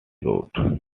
road